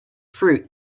fruit